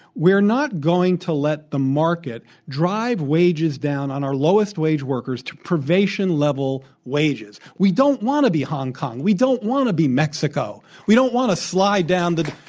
we're not going to let the market drive wages down on our lowest-wage workers to privation-level wages. we don't want to be hong kong. we don't want to be mexico. we don't want to slide down the